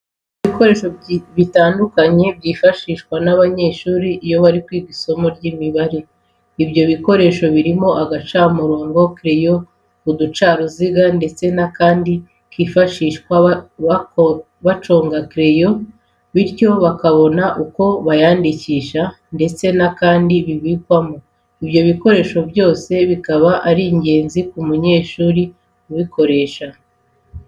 Ni ibikoresho bitandukanye byifashishwa n'abanyeshuri iyo bari kwiga isimo ry'Imibare. ibyo bikoresho birimo uducamirongo, kereyo, uducaruziga ndetse n'akandi kifashishwa mu guconga kereyo bityo bakabone uko bayandikisha ndetse n'akandi bibikwamo. Ibyo bikoresho byose bikaba ari ingenzi ku munyeshuri ubukoresha.